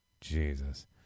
jesus